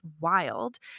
wild